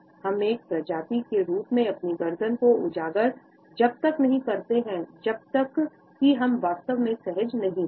हम एक प्रजाति के रूप में अपनी गर्दन को उजागर जब तक नहीं करते हैं जब तक कि हम वास्तव में सहज नहीं होते